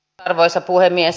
arvoisa puhemies